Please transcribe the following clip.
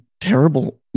terrible